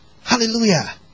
Hallelujah